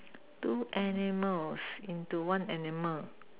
two animals into one animal